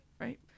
right